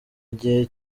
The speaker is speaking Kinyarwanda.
igihe